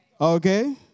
Okay